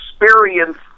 experience